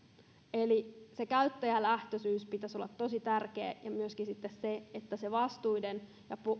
eli se käyttäjälähtöisyys pitäisi olla tosi tärkeä ja myöskin sitten se että se vastuiden ja